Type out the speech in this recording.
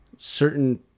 certain